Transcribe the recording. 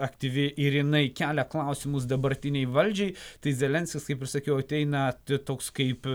aktyvi ir jinai kelia klausimus dabartinei valdžiai tai zelenskis kaip ir sakiau ateina toks kaip